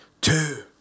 two